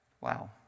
Wow